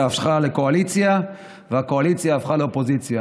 הפכה לקואליציה והקואליציה הפכה לאופוזיציה.